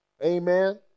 Amen